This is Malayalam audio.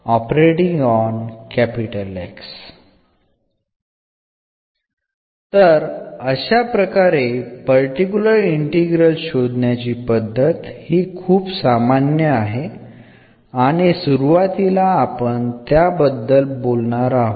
നമ്മൾ ആദ്യം ചർച്ച ചെയ്യുന്നത് പർട്ടിക്കുലർ ഇന്റഗ്രൽ കണ്ടെത്തുന്നതിനുള്ള പൊതുവായ മാർഗ്ഗമാണ്